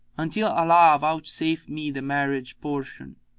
until allah vouchsafe me the marriage portion.